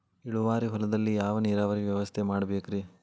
ಇಳುವಾರಿ ಹೊಲದಲ್ಲಿ ಯಾವ ನೇರಾವರಿ ವ್ಯವಸ್ಥೆ ಮಾಡಬೇಕ್ ರೇ?